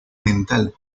mental